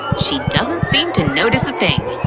she doesn't seem to notice a thing!